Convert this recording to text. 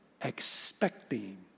expecting